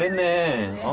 man.